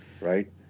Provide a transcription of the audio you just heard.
Right